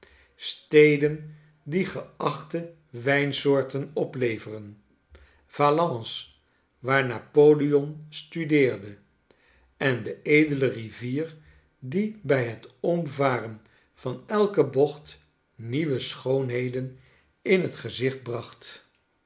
steden die geachte wijnsoorten opleveren valence waar napoleon studeerde en de edele rivier die bij het omvaren van elke bocht nieuwe schoonheden in het gezicht bracht